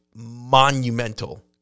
Monumental